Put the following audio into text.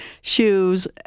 shoes